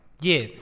Yes